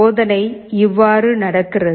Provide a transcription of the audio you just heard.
சோதனை இவ்வாறு நடக்கிறது